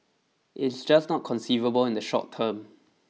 it is just not conceivable in the short term